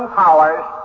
powers